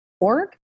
org